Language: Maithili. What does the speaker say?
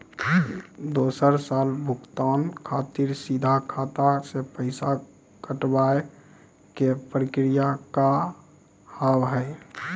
दोसर साल भुगतान खातिर सीधा खाता से पैसा कटवाए के प्रक्रिया का हाव हई?